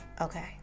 okay